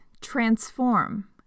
Transform